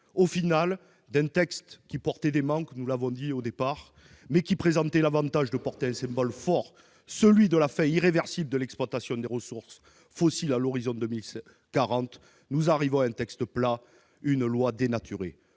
Finalement, d'un texte qui comportait des manques, mais qui présentait l'avantage de porter un symbole fort, celui de la fin irréversible de l'exploitation des ressources fossiles à l'horizon 2040, nous arrivons à un texte plat, une loi que